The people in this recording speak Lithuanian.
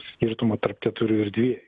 skirtumą tarp keturių ir dviejų